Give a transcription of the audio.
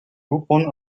upon